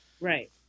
right